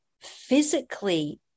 physically